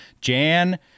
jan